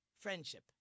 friendship